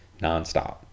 nonstop